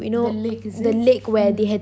the lake is it ah